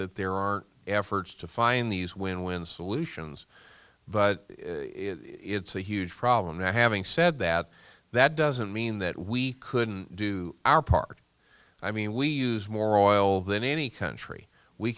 that there are efforts to find these win win solutions but it's a huge problem now having said that that doesn't mean that we couldn't do our part i mean we use more oil than any country we